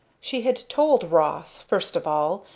she had told ross, first of all,